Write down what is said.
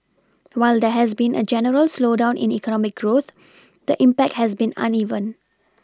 while there has been a general slowdown in economic growth the impact has been uneven